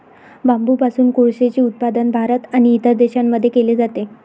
बांबूपासून कोळसेचे उत्पादन भारत आणि इतर देशांमध्ये केले जाते